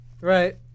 Right